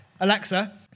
Alexa